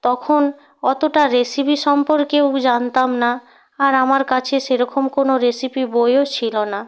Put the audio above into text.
তখন অতটা রেসিপি সম্পর্কেও জানতাম না আর আমার কাছে সেরকম কোনো রেসিপি বইও ছিলো না